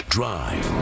Drive